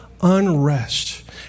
unrest